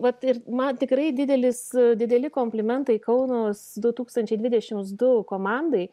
vat ir man tikrai didelis dideli komplimentai kaunas du tūkstančiai dvidešims du komandai